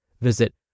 Visit